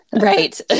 Right